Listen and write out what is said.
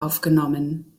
aufgenommen